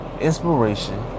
Inspiration